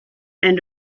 and